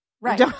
right